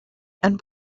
and